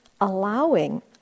allowing